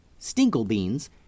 Stinklebeans